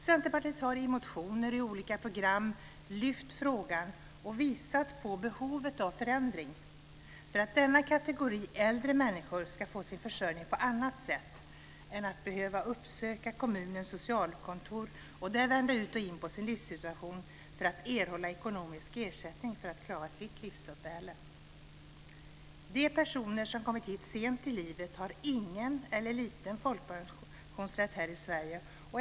Centerpartiet har i motioner och olika program lyft fram frågan och visat på behovet av förändring för att denna kategori äldre människor ska få sin försörjning på annat sätt än genom att behöva uppsöka kommunens socialkontor och där vända ut och in på sin livssituation för att erhålla ekonomisk ersättning så att man klarar sitt livsuppehälle. De personer som kommit hit sent i livet har ingen eller liten folkpensionsrätt här i Sverige.